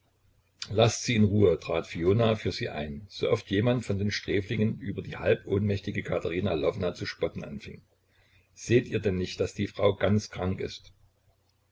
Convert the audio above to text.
laßt sie in ruhe trat fiona für sie ein sooft jemand von den sträflingen über die halbohnmächtige katerina lwowna zu spotten anfing seht ihr denn nicht daß die frau ganz krank ist